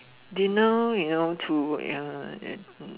dinner you know through work ya like that